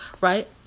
right